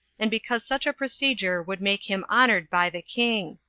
and because such a procedure would make him honored by the king.